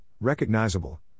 recognizable